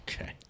okay